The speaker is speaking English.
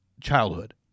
childhood